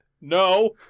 No